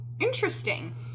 Interesting